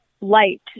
light